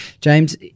James